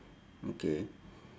okay